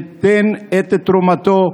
הוא ייתן את תרומתו,